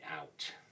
out